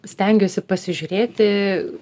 stengiuosi pasižiūrėti